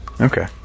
Okay